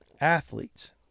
athletes